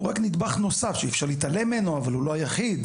הוא רק נדבך נוסף שאי אפשר להתעלם ממנו אבל הוא לא היחיד.